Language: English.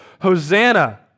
Hosanna